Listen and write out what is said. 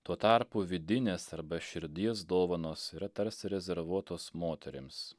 tuo tarpu vidinės arba širdies dovanos yra tarsi rezervuotos moterims